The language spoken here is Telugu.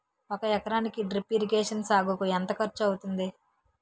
ఒక ఎకరానికి డ్రిప్ ఇరిగేషన్ సాగుకు ఎంత ఖర్చు అవుతుంది?